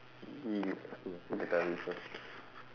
!ee! disgusting I hate that time with her